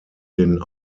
den